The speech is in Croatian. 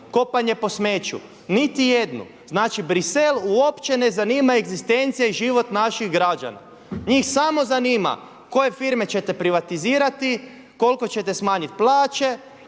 kopanje po smeću? Niti jednu. Znači Bruxelles uopće ne zanima egzistencija i život naših građana. Njih samo zanima koje firme ćete privatizirati, koliko ćete smanjiti plaće,